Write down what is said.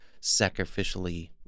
sacrificially